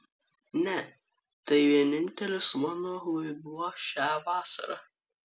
ne tai vienintelis mano vaidmuo šią vasarą